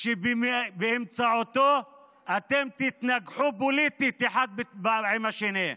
שבאמצעותו אתם תתנגחו פוליטית אחד עם השני.